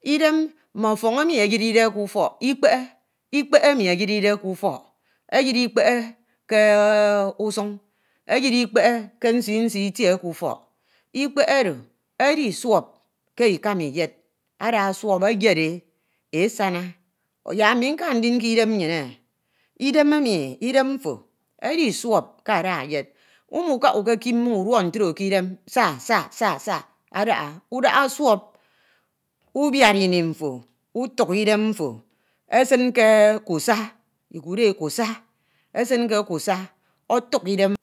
Idem mme ọfọñ eyiride ke ufọk, ikpehe ikpehe emi eyiride ke ufọk, eyiri ikpehe ke usun, eyiri ikpehe ke nsii nsii ke ufọk, ikpehe oro edi suọp ke ikama iyed ada suọp eyed e esana fak ami nka ndin ke idem nmyineh, idem mfo edi suọp ke ada eyed. Umukaha ukeki mmoñ uda uduọk ntra ke idem sa sa sa adaha udaha suọp ubiad ini mfo utuk idem mfo esin ke kusa, ukuud e kusa, esin ke kusa ọtuk idem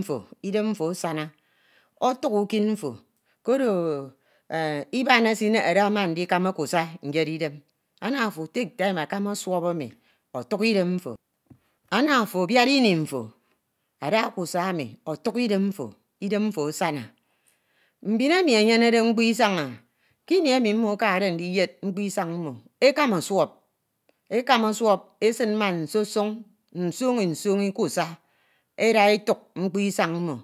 mfo, idem mfo asana, ọtuk ukid mfo, koro iban esinehere ama ndikama kusa nyere idem. Ana ofo abiad ini akama suọp emi ọtuk idem mfo ana ofo abud ini mfo ada kusa emi otuk idem mfo, idem mfo asana. Mbin emi enyebede mkpa isaneh, kimi emi mtro ekade ndiyed mkpo isan mmo, ekama suọp esin ma nsoñi nsoñi kusa eda etuk mkpo isan mmo,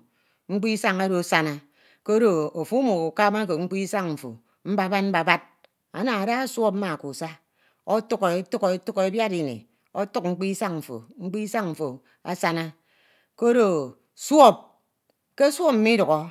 mkpo isam oro asana, koro ofo umukamake mkpo isan mfo mbabad mbabad ana ada suọp ma kusa otuke ọluk e ọtuk- e, abiad ini ọtuk mkpo isan mfo, mkpo isan mfo asana Kọrọ ke suọp midukhọ